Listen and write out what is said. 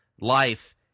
life